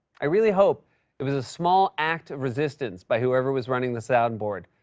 i really hope it was a small act of resistance by whoever was running the soundboard,